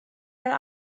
mynd